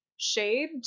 shade